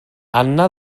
anna